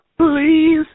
Please